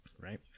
Right